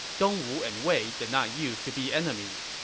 dongwu and wei did not use to be enemies.